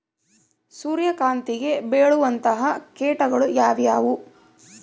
ಸೂರ್ಯಕಾಂತಿಗೆ ಬೇಳುವಂತಹ ಕೇಟಗಳು ಯಾವ್ಯಾವು?